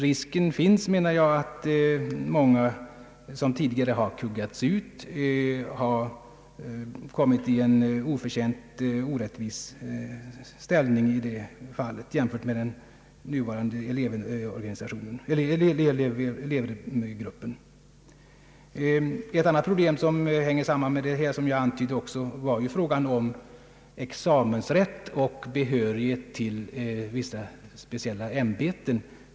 Risken finns enligt min uppfattning att många som tidigare kuggats ut har kommit i en oförtjänt orättvis ställning i detta avseende i jämförelse med den nuvarande elevgruppen. Ett annat problem som hänger samman med denna fråga är också, som jag antydde, frågan om examensrätt oeh behörighet till vissa speciella ämbeten.